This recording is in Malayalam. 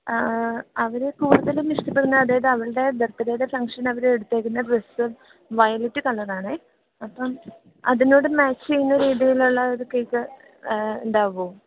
അവർ കൂടുതലും ഇഷ്ടപ്പെടുന്നത് അതായത് അവള്ടെ ബര്ത്ത്ഡേയുടെ ഫംഗ്ഷന് അവർ എടുത്തേക്കുന്ന ഡ്രസ്സ് വയലെറ്റ് കളറ് ആണേ അപ്പം അതിനോട് മാച്ച് ചെയ്യുന്ന രീതിയിലുള്ള ഒരു കേക്ക് ഉണ്ടാവുമോ